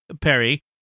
Perry